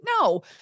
No